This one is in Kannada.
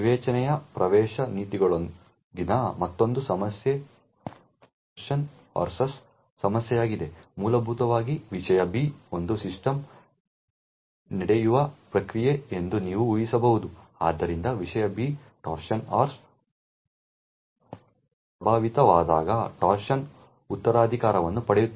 ವಿವೇಚನೆಯ ಪ್ರವೇಶ ನೀತಿಗಳೊಂದಿಗಿನ ಮತ್ತೊಂದು ಸಮಸ್ಯೆ ಟ್ರೋಜನ್ ಹಾರ್ಸ್ಗಳ ಸಮಸ್ಯೆಯಾಗಿದೆ ಮೂಲಭೂತವಾಗಿ ವಿಷಯ B ಒಂದು ಸಿಸ್ಟಮ್ನಲ್ಲಿ ನಡೆಯುವ ಪ್ರಕ್ರಿಯೆ ಎಂದು ನೀವು ಊಹಿಸಬಹುದು ಆದ್ದರಿಂದ ವಿಷಯ B ಟ್ರೋಜನ್ ಹಾರ್ಸ್ನಿಂದ ಪ್ರಭಾವಿತವಾದಾಗ ಟ್ರೋಜನ್ ಉತ್ತರಾಧಿಕಾರವನ್ನು ಪಡೆಯುತ್ತದೆ